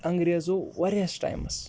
انٛگریزو واریاہَس ٹایمَس